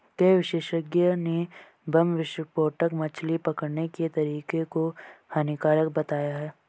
कई विशेषज्ञ ने बम विस्फोटक मछली पकड़ने के तरीके को हानिकारक बताया है